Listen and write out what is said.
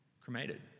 cremated